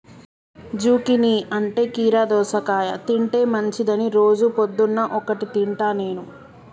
zucchini అంటే కీరా దోసకాయ తింటే మంచిదని రోజు పొద్దున్న ఒక్కటి తింటా నేను